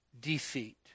defeat